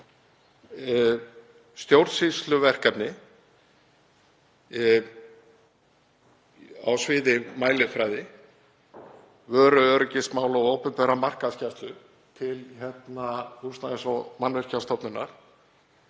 stjórnsýsluverkefni á sviði mælifræði vöruöryggismála og opinberrar markaðsgæslu til Húsnæðis- og mannvirkjastofnunar,